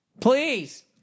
Please